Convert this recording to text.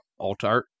Altart